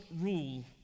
rule